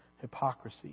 hypocrisy